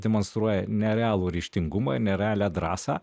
demonstruoja nerealų ryžtingumą ir nerealią drąsą